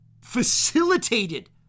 facilitated